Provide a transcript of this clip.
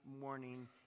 morning